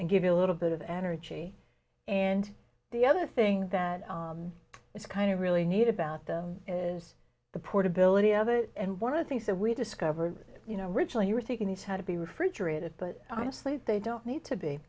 and give you a little bit of energy and the other thing that is kind of really need about them is the portability of it and one of the things that we discovered you know originally you were taking these how to be refrigerated but honestly they don't need to be